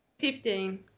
Fifteen